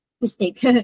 mistake